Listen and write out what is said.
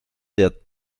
der